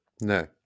No